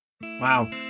Wow